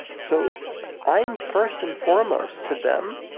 so i'm first and foremost to them,